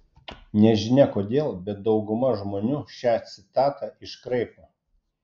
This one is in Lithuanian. nežinia kodėl bet dauguma žmonių šią citatą iškraipo